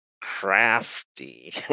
crafty